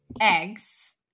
eggs